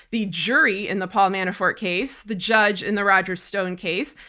the jury in the paul manafort case, the judge in the roger stone case,